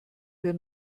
wir